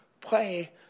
play